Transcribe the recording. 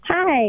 Hi